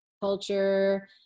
culture